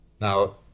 Now